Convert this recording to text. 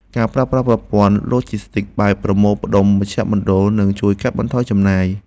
ការប្រើប្រាស់ប្រព័ន្ធឡូជីស្ទិកបែបប្រមូលផ្ដុំមជ្ឈមណ្ឌល នឹងជួយកាត់បន្ថយចំណាយ។